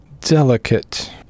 delicate